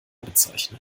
bezeichnen